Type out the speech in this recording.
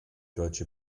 deutsche